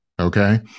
Okay